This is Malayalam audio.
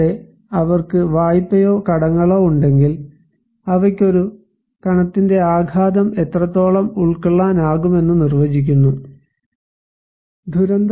കൂടാതെ അവർക്ക് വായ്പയോ കടങ്ങളോ ഉണ്ടെങ്കിൽ അവയ്ക്ക് ഒരു കണത്തിന്റെ ആഘാതം എത്രത്തോളംഉൾക്കൊള്ളാനാകുമെന്ന് നിർവചിക്കുന്നു ഒരു ദുരന്തം